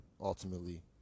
ultimately